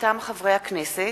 מטעם הכנסת: